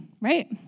right